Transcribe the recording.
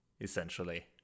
essentially